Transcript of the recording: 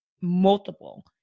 multiple